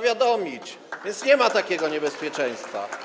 zawiadomić, więc nie ma takiego niebezpieczeństwa.